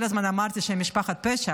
כל הזמן אמרתי שהם משפחת פשע,